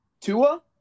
Tua